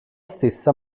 stessa